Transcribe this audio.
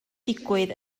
digwydd